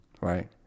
Right